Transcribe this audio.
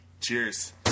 Cheers